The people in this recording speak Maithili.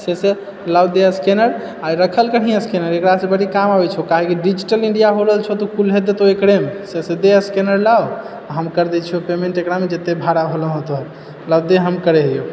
ठीक छै लाबे दे स्केनर रखल कही स्केनर ओकरासँ जब भी काम आबै छै काहे कि डिजिटल इण्डिया होइ रहल छै तऽ कुल्हे देतै एकरे ने से सीधे स्केनर लाउ हम कर दै छियै पेमेंट जेकरामे जते भाड़ा होलऽ हइ से हम लौते हम कर हियौ